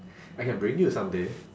I can bring you someday